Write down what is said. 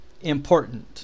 important